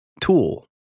tool